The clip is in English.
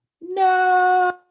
No